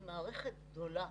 היא מערכת גדולה